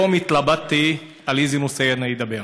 היום התלבטתי על איזה נושא אני אדבר.